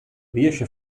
riesce